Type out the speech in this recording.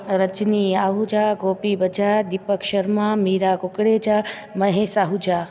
Rajni Ahuja Gopi Bajaj Deepak Sharma Meera Kukreja Mahesh Ahuja